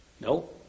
No